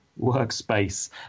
workspace